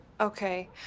Okay